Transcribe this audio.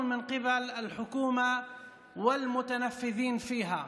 שמתמנים על ידי הממשלה ובעלי ההשפעה בה.